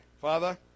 Father